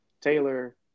Taylor